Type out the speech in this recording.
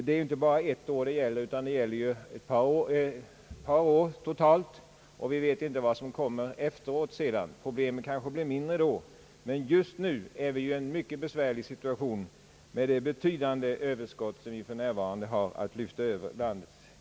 Det här gäller inte bara ett år utan sammanlagt två år, och vi vet inte vad som kommer därefter. Problemet kanske blir mindre då, men vi är just nu i en mycket besvärlig situation med det betydande överskott som vi har att lyfta över landets gränser. Jag ber att få tacka statsrådet för svaret på min fråga.